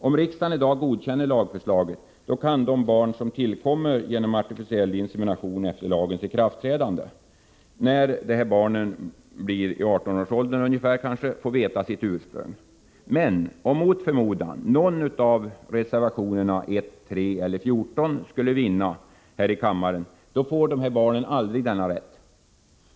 Om riksdagen i dag godkänner lagförslaget kan de barn som tillkommer genom artificiell insemination efter lagens ikraftträdande när de blir i 18-årsåldern få veta sitt ursprung. Men om mot förmodan någon av reservationerna 1, 3 eller 14 skulle bifallas av kammaren får dessa barn inte denna rätt.